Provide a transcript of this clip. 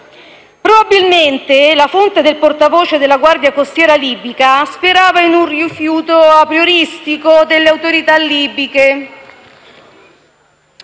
Probabilmente, la fonte del portavoce della Guardia costiera libica sperava in un rifiuto aprioristico delle autorità libiche.